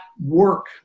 work